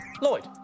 Lloyd